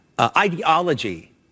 ideology